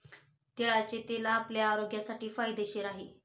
तिळाचे तेल आपल्या आरोग्यासाठी फायदेशीर आहे